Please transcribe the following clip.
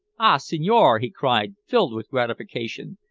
ah, signore! he cried, filled with gratification.